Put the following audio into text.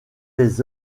les